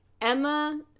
Emma